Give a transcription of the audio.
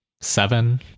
seven